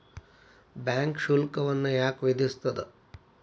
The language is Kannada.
ಬ್ಯಾಂಕ್ ಶುಲ್ಕವನ್ನ ಯಾಕ್ ವಿಧಿಸ್ಸ್ತದ?